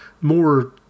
more